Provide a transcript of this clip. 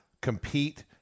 compete